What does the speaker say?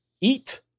Eat